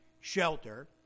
shelter